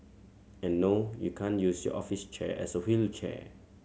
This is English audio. and no you can't use your office chair as a wheelchair